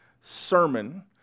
sermon